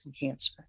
cancer